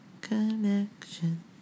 connection